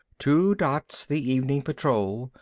two dots, the evening patrol,